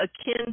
akin